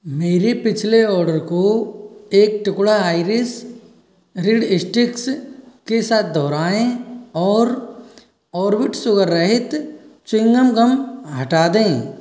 मेरे पिछले आर्डर को एक टुकड़ा आइरिस रिड स्टिक्स के साथ दोहराएँ और ऑर्बिट शुगर रहित च्युइंगगम हटा दें